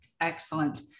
Excellent